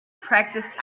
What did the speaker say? practiced